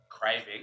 craving